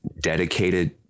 dedicated